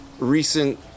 recent